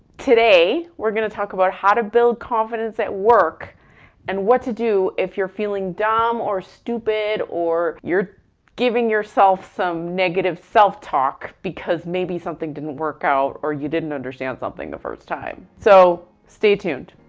today, we're gonna talk about how to build confidence at work and what to do if you're feeling dumb or stupid, or you're giving yourself some negative self-talk because maybe something didn't work out, or you didn't understand something the first time. so, stay tuned.